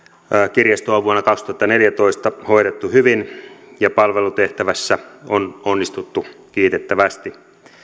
kirjastoa on vuonna kaksituhattaneljätoista hoidettu hyvin ja palvelutehtävässä on onnistuttu kiitettävästi